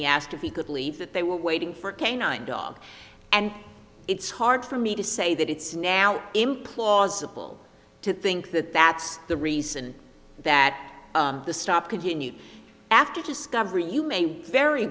he asked if he could believe that they were waiting for k nine dog and it's hard for me to say that it's now implausible to think that that's the reason that the stop continue after discovery you may very